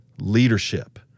leadership